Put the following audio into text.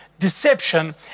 deception